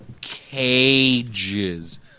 Cages